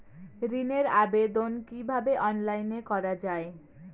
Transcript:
ঋনের আবেদন কিভাবে অনলাইনে করা যায়?